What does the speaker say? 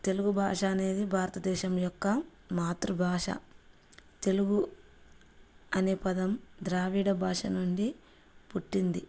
తెలుగు భాష అనేది భారతదేశం యొక్క మాతృభాష తెలుగు అనే పదం ద్రావిడ భాష నుండి పుట్టింది